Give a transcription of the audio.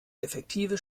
effektive